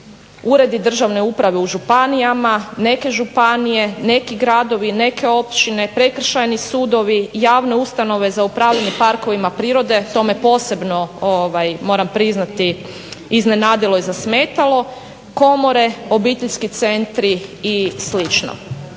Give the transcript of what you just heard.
uredi državne uprave u županijama, neke županije, neki gradovi, neke općine, prekršajni sudovi, javne ustanove za upravljanje parkovima prirode to me posebno moram priznati iznenadilo i zasmetalo, komore, obiteljski centri i